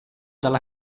dalla